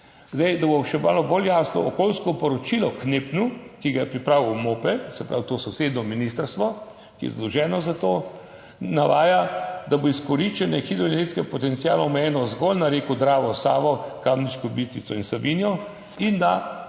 Zdaj, da bo še malo bolj jasno. Okoljsko poročilo k NEPN, ki ga je pripravil MOPE, se pravi, to sosednje ministrstvo, ki je zadolženo za to, navaja, da bo izkoriščanje hidroenergetskega potenciala omejeno zgolj na reko Dravo, Savo, Kamniško Bistrico in Savinjo in da